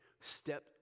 step